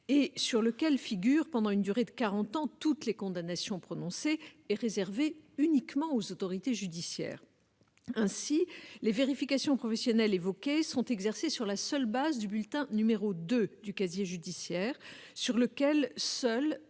et sur lequel figurent pendant une durée de quarante ans toutes les condamnations prononcées, est réservé uniquement aux autorités judiciaires. Ainsi, les vérifications professionnelles évoquées sont exercées sur la seule base du bulletin n° 2 du casier judiciaire, sur lequel seules